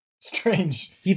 Strange